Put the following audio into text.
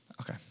Okay